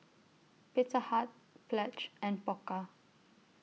Pizza Hut Pledge and Pokka